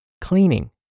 cleaning